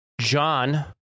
John